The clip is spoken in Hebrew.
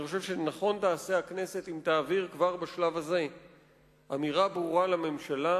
אני חושב שנכון תעשה הכנסת אם תעביר כבר בשלב הזה אמירה ברורה לממשלה,